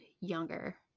younger